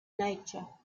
nature